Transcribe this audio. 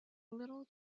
little